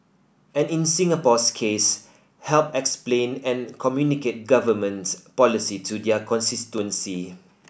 and in Singapore's case help explain and communicate Government policy to their constituency